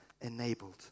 enabled